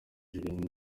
julienne